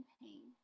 pain